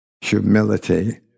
humility